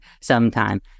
Sometime